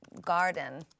garden